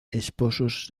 esposos